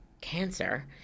cancer